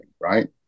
right